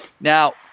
Now